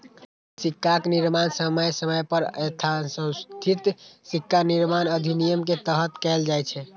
सिक्काक निर्माण समय समय पर यथासंशोधित सिक्का निर्माण अधिनियम के तहत कैल जाइ छै